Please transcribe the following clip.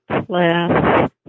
class